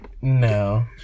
No